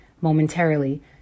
momentarily